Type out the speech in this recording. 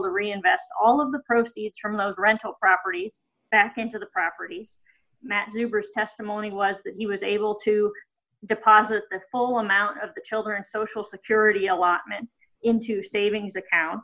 to reinvest all of the proceeds from the rental property back into the property numerous testimony was that he was able to deposit the full amount of the children social security allotment into savings account